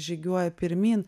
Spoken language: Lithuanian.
žygiuoja pirmyn